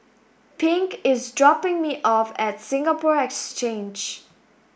Pink is dropping me off at Singapore Exchange